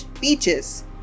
beaches